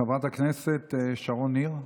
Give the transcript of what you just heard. חברת הכנסת שרון ניר,